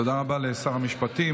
תודה רבה לשר המשפטים.